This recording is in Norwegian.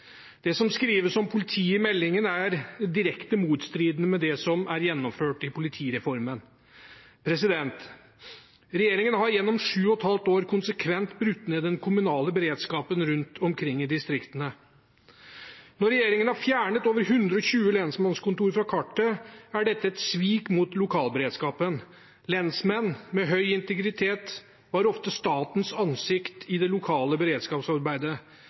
Det som skrives om politiet i meldingen, er direkte motstridende med det som er gjennomført i politireformen. Regjeringen har gjennom 7,5 år konsekvent brutt ned den kommunale beredskapen rundt omkring i distriktene. Når regjeringen har fjernet over 120 lensmannskontor fra kartet, er dette et svik mot lokalberedskapen. Lensmenn med høy integritet var ofte statens ansikt i det lokale beredskapsarbeidet.